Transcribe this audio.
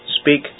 Speak